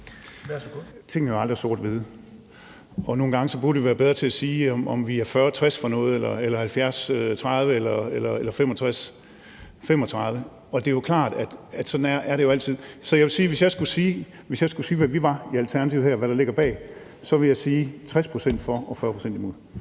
Tingene er jo aldrig sort-hvide, og nogle gange burde vi være bedre til at sige, om vi er 60-40 for noget eller 70-30 eller 65-35. Det er klart, at sådan er det jo altid. Så hvis jeg skulle sige, hvad vi var i Alternativet her, og hvad der ligger bag, så vil jeg sige 60 pct. for og 40 pct. imod.